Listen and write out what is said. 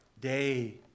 Day